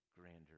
grander